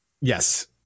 Yes